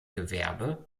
gewerbe